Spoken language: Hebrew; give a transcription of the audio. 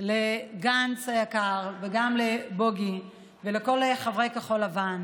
לגנץ היקר, וגם לבוגי ולכל חברי כחול לבן: